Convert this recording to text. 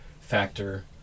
factor